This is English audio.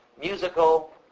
musical